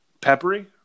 Peppery